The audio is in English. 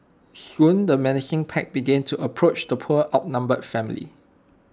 soon the menacing pack began to approach the poor outnumbered family